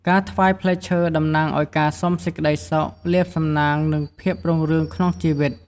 ការថ្វាយផ្លែឈើតំណាងឱ្យការសុំសេចក្តីសុខ លាភសំណាង និងភាពរុងរឿងក្នុងជីវិត។